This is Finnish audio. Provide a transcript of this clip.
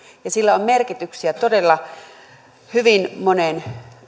ja sillä on merkityksiä hyvin moneen